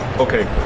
okay,